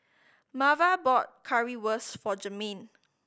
Marva bought Currywurst for Jermain